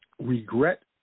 regret